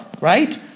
right